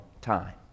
time